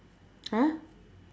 !huh!